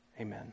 amen